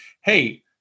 hey